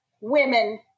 women